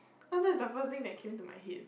cause that's the first thing that came to my head